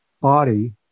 body